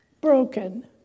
broken